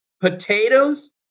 Potatoes